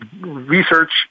research